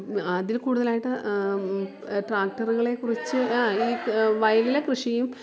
അതിൽ കൂടുതലായിട്ട് ട്രാക്ടറുകളെ കുറിച്ച് ആ ഈ വയലിലെ കൃഷിയും